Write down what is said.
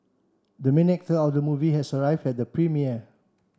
the main actor of the movie has arrived at the premiere